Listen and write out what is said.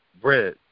Bread